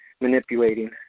manipulating